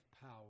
power